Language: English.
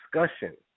discussion